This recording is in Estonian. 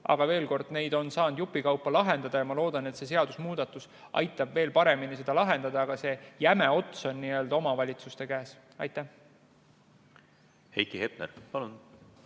Aga veel kord: neid on saanud jupikaupa lahendada ja ma loodan, et see seadusemuudatus aitab veel paremini seda teha. Aga jäme ots on omavalitsuste käes. Heiki Hepner, palun!